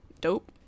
Dope